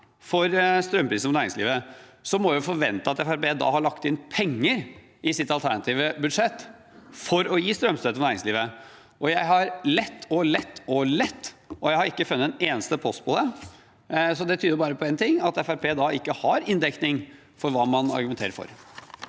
for strømpri sen for næringslivet, må vi forvente at Fremskrittspartiet da har lagt inn penger i sitt alternative budsjett for å gi strømstøtte til næringslivet. Jeg har lett og lett og lett, og jeg har ikke funnet en eneste post på det. Det tyder bare på én ting: at Fremskrittspartiet ikke har inndekning for hva man argumenterer for.